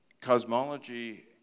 cosmology